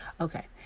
Okay